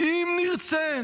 אם נרצה".